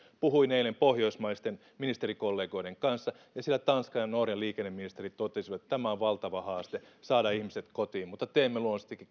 puhuin eilen pohjoismaisten ministerikollegoiden kanssa ja siellä tanskan ja norjan liikenneministerit totesivat että on valtava haaste saada ihmiset kotiin mutta teemme luonnollisestikin